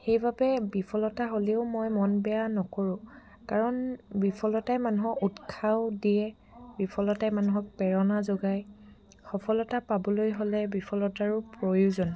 সেইবাবে বিফলতা হ'লেও মই মন বেয়া নকৰোঁ কাৰণ বিফলতাই মানুহক উৎসাহ দিয়ে বিফলতাই মানুহক প্ৰেৰণা যোগায় সফলতা পাবলৈ হ'লে বিফলতাৰো প্ৰয়োজন